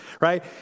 right